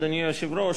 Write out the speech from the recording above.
אדוני היושב-ראש,